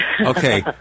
Okay